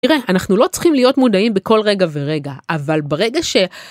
אנחנו לא צריכים להיות מודעים בכל רגע ורגע, אבל ברגע ש...